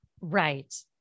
right